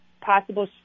possible